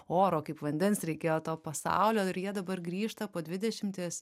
oro kaip vandens reikėjo to pasaulio ir jie dabar grįžta po dvidešimties